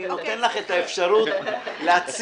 אני נותן לך את האפשרות להציע,